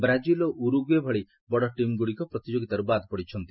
Brazil ଓ Uruguay ଭଳି ବଡ଼ ଟିମ୍ଗୁଡ଼ିକ ପ୍ରତିଯୋଗିତାରୁ ବାଦ୍ ପଡ଼ିଛନ୍ତି